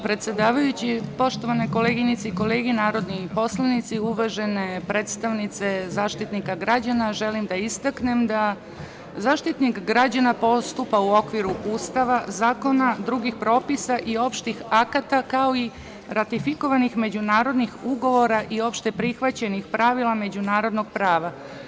Poštovane koleginice i kolege narodni poslanici, uvažene predstavnice Zaštitnika građana, želim da istaknem da Zaštitnik građana postupa u okviru Ustava, zakona, drugih propisa i opštih akata, kao i ratifikovanih međunarodnih ugovora i opšteprihvaćenih pravila međunarodnog prava.